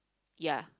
ya